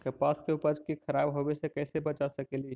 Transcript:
कपास के उपज के खराब होने से कैसे बचा सकेली?